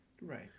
right